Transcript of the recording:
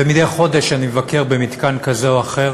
ומדי חודש אני מבקר במתקן כזה או אחר